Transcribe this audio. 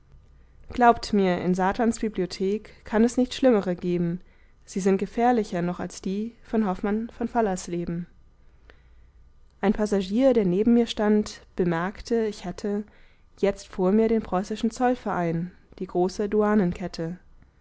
glaubt mir in satans bibliothek kann es nicht schlimmere geben sie sind gefährlicher noch als die von hoffmann von fallersleben ein passagier der neben mir stand bemerkte mir ich hätte jetzt vor mir den preußischen zollverein die große